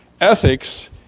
Ethics